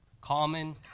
Common